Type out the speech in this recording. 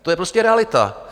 To je prostě realita.